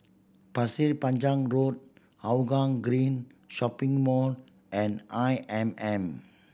Pasir Panjang Road Hougang Green Shopping Mall and I M M